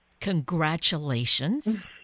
Congratulations